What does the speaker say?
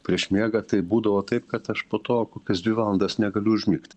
prieš miegą tai būdavo taip kad aš po to kokias dvi valandas negaliu užmigt